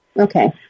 okay